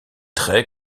très